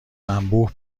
انبوه